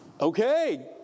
Okay